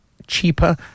cheaper